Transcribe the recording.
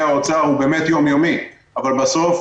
האוצר הוא באמת יום יומי אבל בסוף,